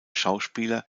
schauspieler